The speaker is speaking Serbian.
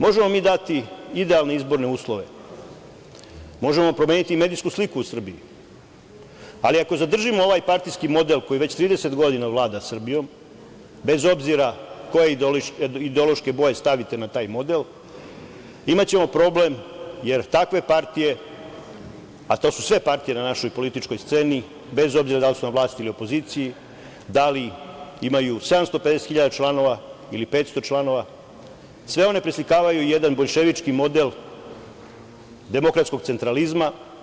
Možemo mi dati idealne izborne uslove, možemo promeniti medijsku sliku o Srbiji, ali ako zadržimo ovaj partijski model koji već 30 godina vlada Srbijom, bez obzira koje ideološke boje stavite na taj model, imaćemo problem, jer takve partije, a to su sve partije na našoj političkoj sceni, bez obzira da li su na vlasti ili u opoziciji, da li imaju 750.000 članova ili 500 članova, sve one preslikavaju jedan boljševički model demokratskog centralizma.